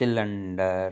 cylinder